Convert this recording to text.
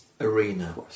arena